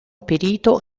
perito